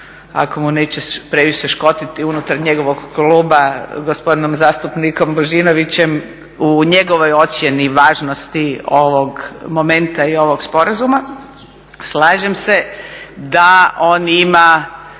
ako mu neće previše škoditi, unutar njegovog kluba gospodinom zastupnikom Božinovićem u njegovoj ocjeni važnosti ovog momenta i ovog sporazuma. Slažem se da on ima